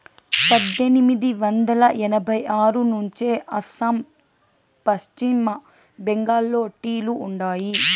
పద్దెనిమిది వందల ఎనభై ఆరు నుంచే అస్సాం, పశ్చిమ బెంగాల్లో టీ లు ఉండాయి